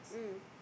mm